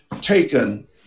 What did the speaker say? taken